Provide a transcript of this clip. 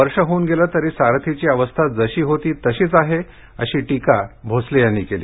वर्ष होऊन गेलं तरी सारथीची अवस्था जशी होती तशीच आहे अशी टीका भोसले यांनी यावेळी केली